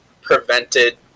prevented